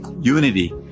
Unity